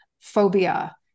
phobia